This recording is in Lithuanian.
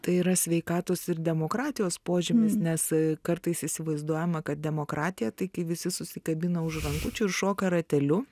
tai yra sveikatos ir demokratijos požymis nes kartais įsivaizduojama kad demokratija tai kai visi susikabina už rankučių ir šoka rateliu